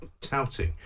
touting